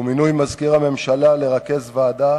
ועל מינוי מזכיר הממשלה לרכז ועדה